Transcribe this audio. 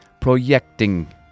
Projecting